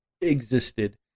existed